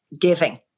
giving